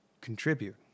contribute